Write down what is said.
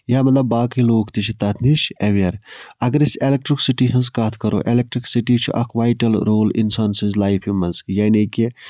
یا مطلب باقٕے لوٗکھ تہِ چھِ تَتھ نِش ایویَر اَگر أسۍ اٮ۪لیکٹڑکسِٹی ہنز کَتھ کَرو اٮ۪لیکٹرکسٹی چھِ اکھ وایٹَل رول اِنسان سٕنز لایفہِ منٛز یعنے کہِ